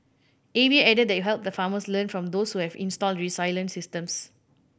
A V A added that it help the farmers learn from those who have installed resilient systems